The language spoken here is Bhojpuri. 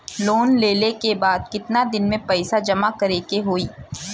लोन लेले के बाद कितना दिन में पैसा जमा करे के होई?